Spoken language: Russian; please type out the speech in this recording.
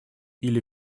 или